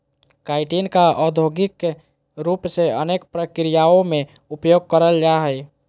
chitin का औद्योगिक रूप से अनेक प्रक्रियाओं में उपयोग करल जा हइ